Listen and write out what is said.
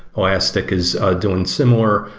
elastic is doing similar,